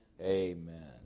Amen